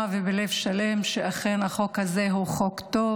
ובלב שלם שאכן החוק הזה הוא חוק טוב,